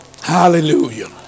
Hallelujah